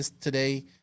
today